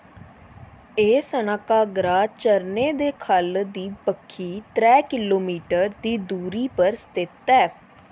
एह् सना घागरा झरने दे ख'ल्ल दी बक्खी त्रै किलोमीटर दी दूरी पर स्थित ऐ